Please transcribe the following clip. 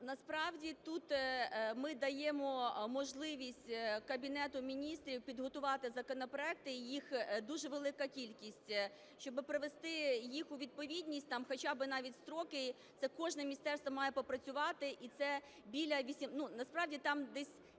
Насправді тут ми даємо можливість Кабінету Міністрів підготувати законопроекти, їх дуже велика кількість, щоб привести їх у відповідність, хоча би навіть строки, це кожне міністерство має попрацювати. І це біля… Насправді там десь